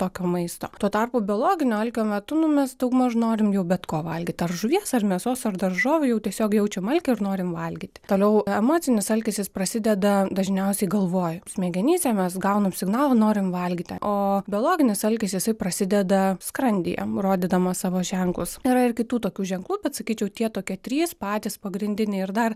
tokio maisto tuo tarpu biologinio alkio metu nu mes daugmaž norim jau bet ko valgyt ar žuvies ar mėsos ar daržovių jau tiesiog jaučiam alkį ir norim valgyti toliau emocinis alkis jis prasideda dažniausiai galvoj smegenyse mes gaunam signalą norim valgyti o biologinis alkis jisai prasideda skrandyje rodydamas savo ženklus yra ir kitų tokių ženklų bet sakyčiau tie tokie trys patys pagrindiniai ir dar